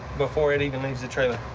before it even leaves the trailer.